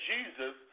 Jesus